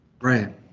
Right